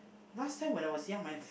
last time when I was young my